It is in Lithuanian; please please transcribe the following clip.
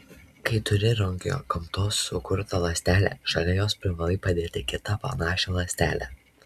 kai turi rankoje gamtos sukurtą ląstelę šalia jos privalai padėti kitą panašią ląstelę